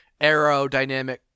aerodynamic